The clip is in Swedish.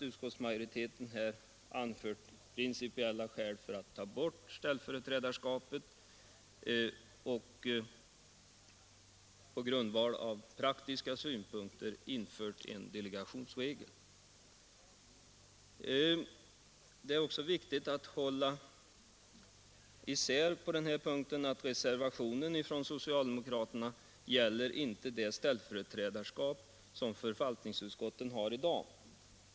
Utskottsmajoriteten har anfört principiella skäl för borttagandet av ställföreträdarskapet och praktiska skäl för införandet av en delegationsregel. På den punkten är det viktigt att ha klart för sig att socialdemokraternas reservation inte gäller det sfällföreträdarskap som förvaltningsutskotten har i dag.